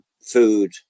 food